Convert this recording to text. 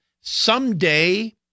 Someday